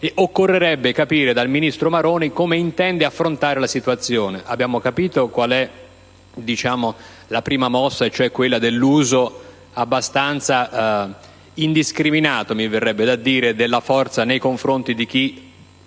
Occorrerebbe capire dal ministro Maroni come intende affrontare la situazione. Abbiamo capito qual è la prima mossa, cioè quella dell'uso - abbastanza indiscriminato, mi viene da dire - della forza nei confronti di chi,